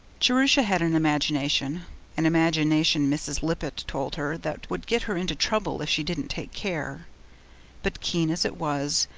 jerusha had an imagination an imagination, mrs. lippett told her, that would get her into trouble if she didn't take care but keen as it was,